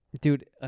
Dude